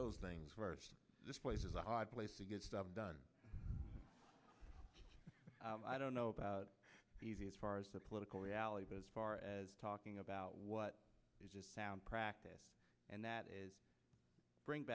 those things first this place is a hard place to get stuff done i don't know about easy as far as the political realities as far as talking about what is just down practice and that is bring